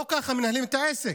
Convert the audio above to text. לא ככה מנהלים את העסק.